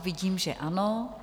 Vidím, že ano.